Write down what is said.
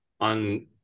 on